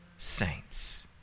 Saints